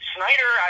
Snyder